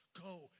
Go